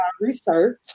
research